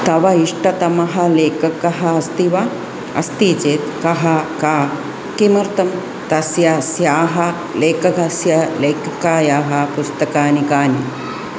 तव इष्टतमः लेखकः अस्ति वा अस्ति चेत् कः का किमर्थं तस्य तस्याः लेखकस्य लेखिकायाः पुस्तकानि कानि